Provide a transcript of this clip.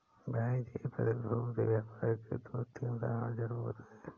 भाई जी प्रतिभूति व्यापार के दो तीन उदाहरण जरूर बताएं?